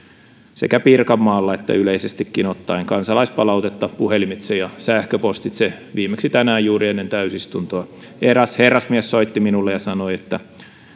sekä pirkanmaalla että yleisestikin ottaen kansalaispalautetta puhelimitse ja sähköpostitse viimeksi tänään juuri ennen täysistuntoa eräs herrasmies soitti minulle ja sanoi että